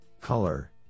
color